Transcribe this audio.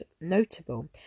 notable